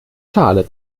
schale